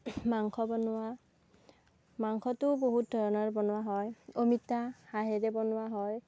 মাংস বনোৱা মাংসটো বহুত ধৰণৰ বনোৱা হয় অমিতা হাঁহেৰে বনোৱা হয়